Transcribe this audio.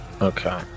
okay